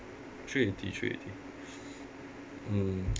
three eighty three eighty mm